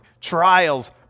trials